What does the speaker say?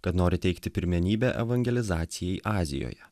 kad nori teikti pirmenybę evangelizacijai azijoje